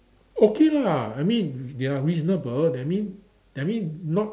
okay lah I mean they are reasonable that mean that mean not